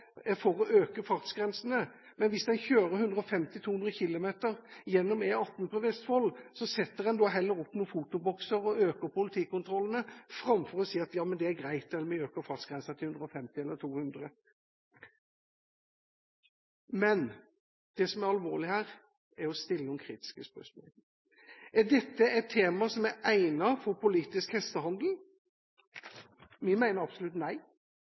er for å øke fartsgrensene, men hvis det kjøres i 150–200 km/t gjennom E18 på Vestfold, setter en da heller opp noen fotobokser og øker politikontrollene framfor å si at det er greit, vi øker fartsgrensen til 150 eller 200 km/t. Men det som er alvorlig her, er at en må stille noen kritiske spørsmål. Er dette et tema som er egnet for politisk hestehandel? Vi mener absolutt nei.